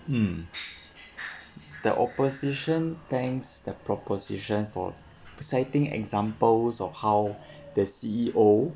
mm the opposition thanks that proposition for citing examples of how the C_E_O